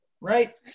right